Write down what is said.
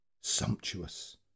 Sumptuous